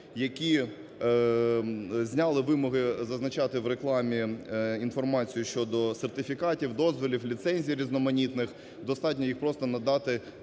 які зняли вимоги зазначати в рекламі інформацію щодо сертифікатів, дозволів, ліцензій різноманітних, достатньо їх просто надати